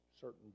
certain